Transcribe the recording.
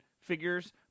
figures